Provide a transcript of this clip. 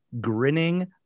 Grinning